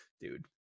dude